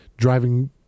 driving